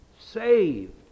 Saved